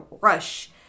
rush